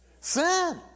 Sin